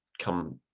come